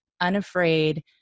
unafraid